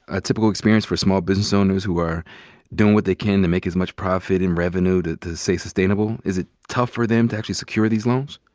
a typical experience for small business owners who are doing what they can to make as much profit and revenue to to stay sustainable? is it tough for them to actually secure these loans?